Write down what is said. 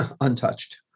untouched